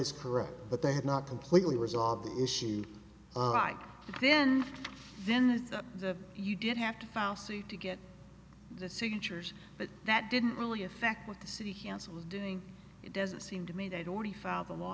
is correct but they had not completely resolved the issue right then then the you did have to file suit to get the signatures but that didn't really affect what the city hanson was doing it doesn't seem to me they'd already filed a law